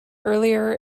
earlier